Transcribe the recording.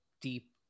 deep